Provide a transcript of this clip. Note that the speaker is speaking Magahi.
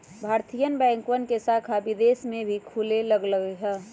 भारतीय बैंकवन के शाखा विदेश में भी खुले लग लय है